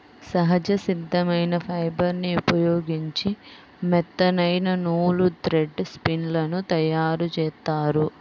సహజ సిద్ధమైన ఫైబర్ని ఉపయోగించి మెత్తనైన నూలు, థ్రెడ్ స్పిన్ లను తయ్యారుజేత్తారు